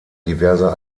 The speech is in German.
diverser